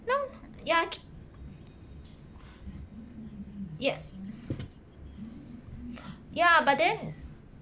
no ya ya ya but then